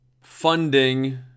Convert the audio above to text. funding